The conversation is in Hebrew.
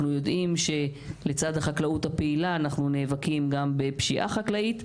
יודעים שלצד החקלאות הפעילה אנחנו נאבקים גם בפשיעה חקלאית,